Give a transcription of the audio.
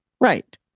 right